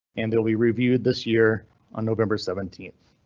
and will be reviewed this year on november seventeenth.